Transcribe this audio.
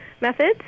methods